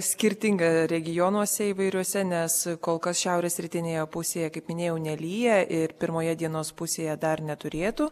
skirtinga regionuose įvairiuose nes kol kas šiaurės rytinėje pusėje kaip minėjau nelyja ir pirmoje dienos pusėje dar neturėtų